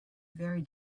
very